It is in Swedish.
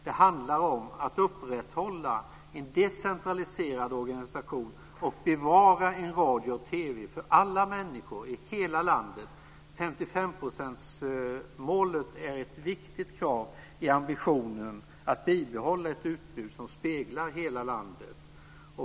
Det handlar om att upprätthålla en decentraliserad organisation och bevara en radio och TV för alla människor i hela landet. 55-procentsmålet är ett viktigt krav i ambitionen att bibehålla ett utbud som speglar hela landet.